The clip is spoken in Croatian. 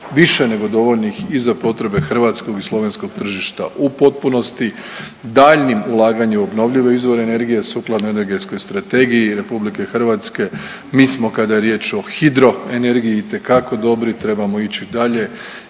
više nego dovoljnih i za potrebe hrvatskog i slovenskog tržišta u potpunosti. Daljnjim ulaganjem u obnovljive izvore energije sukladno Energetskoj strategiji RH. Mi smo kada je riječ o hidroenergiji itekako dobri, trebamo ići dalje